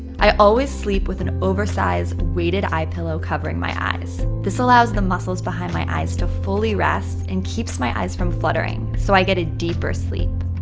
i always sleep with an oversized weighted eye pillow covering my eyes. this allows the muscles behind my eyes to fully rest and keeps my eyes from fluttering. so i get a deeper sleep.